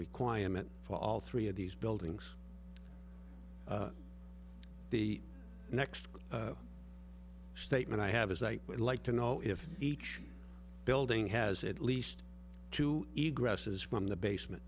requirement for all three of these buildings the next statement i have is i would like to know if each building has at least to eat grass is from the basement